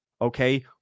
Okay